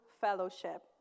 Fellowship